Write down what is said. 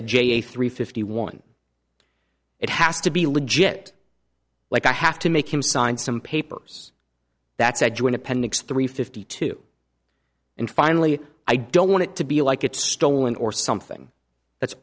a j a three fifty one it has to be legit like i have to make him sign some papers that said you're an appendix three fifty two and finally i don't want it to be like it's stolen or something that's